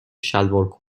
شلوار